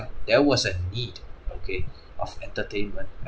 there was a need okay of entertainment